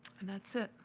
and that's it,